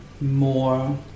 more